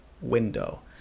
window